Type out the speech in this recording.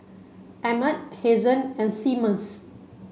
Emmett Hazen and Seamus